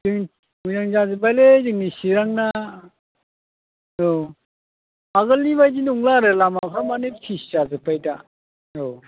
जोंनि मोजां जाजोब्बायलै जोंनि चिरांना औ आगोलनि बायदि नंला आरो लामाफ्रा माने फिक्स जाजोब्बाय दा औ